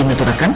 ഇന്ന് തുടക്കം